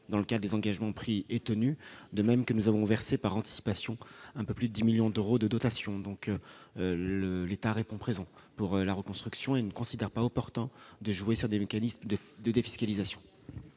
dans le cadre des engagements pris- et tenus ! De même, nous avons versé par anticipation un peu plus de 10 millions d'euros de dotations. L'État répond donc présent pour la reconstruction. Il ne considère pas qu'il soit opportun de jouer sur des mécanismes de défiscalisation.